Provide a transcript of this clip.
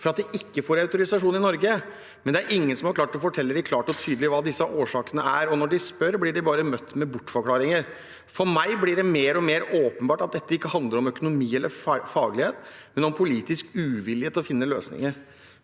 for at de ikke får autorisasjon i Norge, men det er ingen som har klart å fortelle dem klart og tydelig hva disse årsakene er. Når de spør, blir de bare møtt med bortforklaringer. For meg blir det mer og mer åpenbart at dette ikke handler om økonomi eller faglighet, men om politisk uvilje til å finne løsninger.